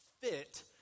fit